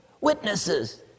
witnesses